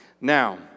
Now